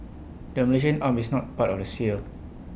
the Malaysian arm is not part of the sale